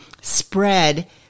spread